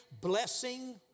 blessing